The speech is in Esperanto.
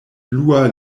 blua